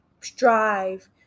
strive